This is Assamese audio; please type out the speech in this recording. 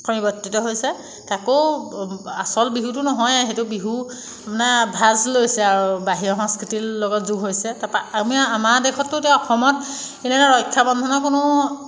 পৰিৱৰ্তিত হৈছে তাকো আচল বিহুটো নহয়েই সেইটো বিহু মানে ভাজ লৈছে আৰু বাহিৰৰ সংস্কৃতিৰ লগত যোগ হৈছে তাৰপৰা আমি আমাৰ দেশতটো এতিয়া অসমত এই ধৰণৰ ৰক্ষা বন্ধনৰ কোনো